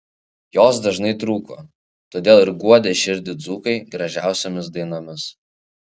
jos dažnai trūko todėl ir guodė širdį dzūkai gražiausiomis dainomis